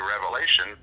Revelation